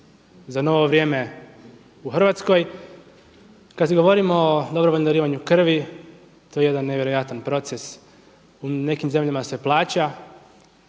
za novo vrijeme u Hrvatskoj. Kada govorimo o dobrovoljnom darivanju krvi, to je jedan nevjerojatan proces u nekim zemljama se plaća